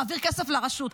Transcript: מעביר כסף לרשות.